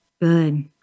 Good